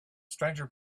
stranger